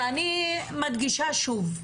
ואני מדגישה שוב,